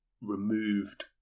removed